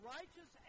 Righteous